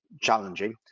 challenging